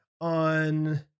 on